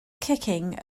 kicking